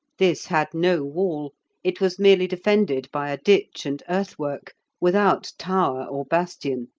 this had no wall it was merely defended by a ditch and earthwork, without tower or bastion.